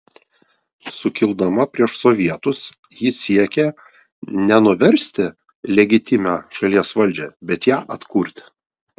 sukildama prieš sovietus ji siekė ne nuversti legitimią šalies valdžią bet ją atkurti